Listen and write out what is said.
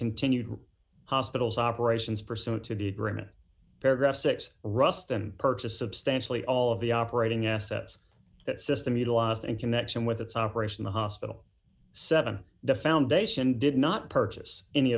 continued hospitals operations pursuant to the agreement paragraph six ruston purchase substantially all of the operating assets that system utilized in connection with its operation the hospital seven the foundation did not purchase any